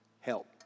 help